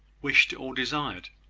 wished or desired.